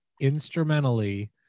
instrumentally